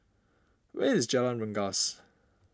where is Jalan Rengas